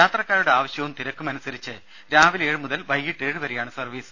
യാത്രക്കാരുടെ ആവശ്യവും തിരക്കും അനുസരിച്ച് രാവിലെ ഏഴു മുതൽ വൈകീട്ട് ഏഴു വരെയാണ് സർവീസ്